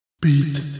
Beat